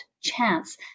chance